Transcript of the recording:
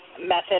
method